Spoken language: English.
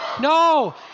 No